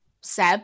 seb